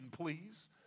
please